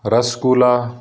rasgulla